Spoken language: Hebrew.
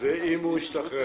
הוא משלם